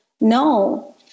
no